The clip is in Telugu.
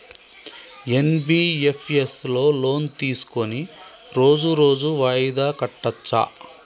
ఎన్.బి.ఎఫ్.ఎస్ లో లోన్ తీస్కొని రోజు రోజు వాయిదా కట్టచ్ఛా?